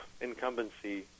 incumbency